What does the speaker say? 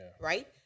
right